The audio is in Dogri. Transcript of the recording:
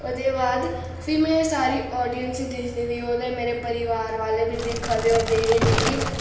ओह्दे बाद फ्ही में सारी आडियन्स गी दिखदी ही ओह्दे च मेरे परिवार वाले बी दिक्खा दे होंदे हे मिगी